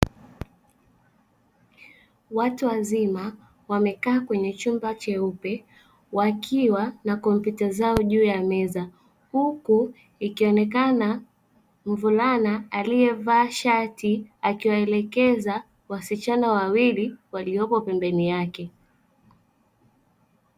Watu wazima wamekaa kwenye chumba cheupe, wakiwa na kompyuta zao juu ya meza huku ikionekana mvulana aliyevaa shati akiwaelekeza wasichana wawili waliopo pembeni yake.